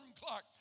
clock